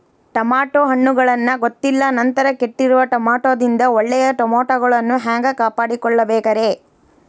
Tomato ಹಣ್ಣುಗಳನ್ನ ಗೊತ್ತಿಲ್ಲ ನಂತರ ಕೆಟ್ಟಿರುವ ಟಮಾಟೊದಿಂದ ಒಳ್ಳೆಯ ಟಮಾಟೊಗಳನ್ನು ಹ್ಯಾಂಗ ಕಾಪಾಡಿಕೊಳ್ಳಬೇಕರೇ?